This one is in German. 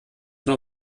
nur